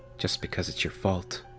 just because it's your fault.